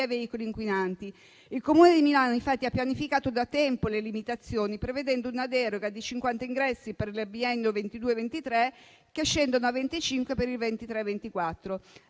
veicoli inquinanti. Il Comune di Milano infatti ha pianificato da tempo le limitazioni, prevedendo una deroga di 50 ingressi per il biennio 2022-2023, che scendono a 25 per il 2023-2024.